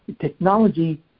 technology